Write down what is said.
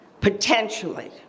potentially